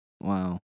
Wow